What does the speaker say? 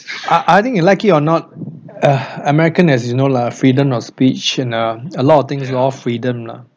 I I think you like it or not ugh american as you know lah freedom of speech and um a lot of things are all freedom lah